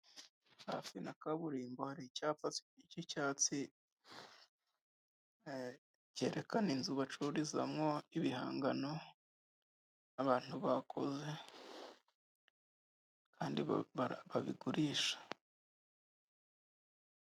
Hafi na kaburimbo, hari icyapa cy'icyatsi cyerekana inzu bacururizamo ibihangano abantu bakoze, kandi babigurisha.